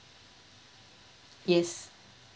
yes